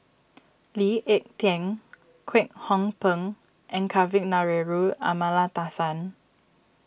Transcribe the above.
Lee Ek Tieng Kwek Hong Png and Kavignareru Amallathasan